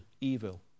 evil